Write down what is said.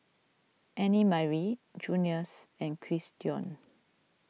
Annemarie Junius and Christion